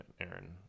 Aaron